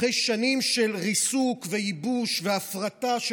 אחרי שנים של ריסוק וייבוש והפרטה של